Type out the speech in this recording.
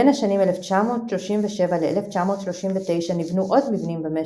בין השנים 1937 ל-1939 נבנו עוד מבנים במשק,